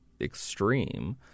extreme